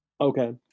Okay